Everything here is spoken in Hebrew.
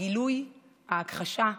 הגילוי, ההכחשה,